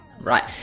right